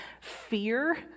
fear